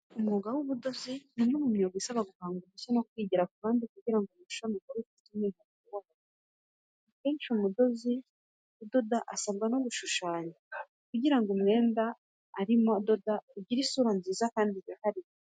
Umwuga w’ubudozi ni umwe mu myuga isaba guhanga udushya no kwigira ku bandi kugira ngo umushono uhore ufite umwihariko wawo. Akenshi umudozi udoda asabwa no gushushanya, kugira ngo umwenda arimo adoda ugire isura nziza kandi yihariye.